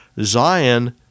Zion